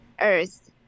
Earth